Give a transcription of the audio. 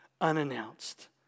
unannounced